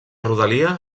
rodalia